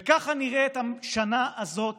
וככה נראית השנה הזאת